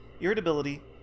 irritability